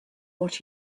what